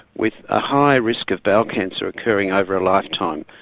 with a higher risk of bowel cancer occurring over a lifetime,